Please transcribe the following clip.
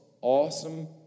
awesome